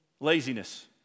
laziness